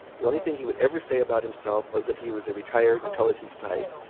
the only thing he would ever say about himself was that he was a retired intelligence-type,